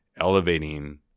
elevating